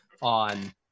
on